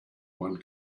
one